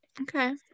Okay